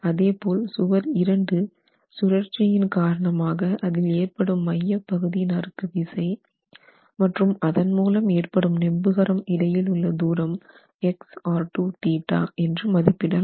அதே போல் சுவர் 2 சுழற்சியின் காரணமாக அதில் ஏற்படும் மையப்பகுதி நறுக்குவிசை மற்றும் அதன் மூலம் ஏற்படும் நெம்புகரம் இடையிலுள்ள தூரம் என்று மதிப்பிடலாம்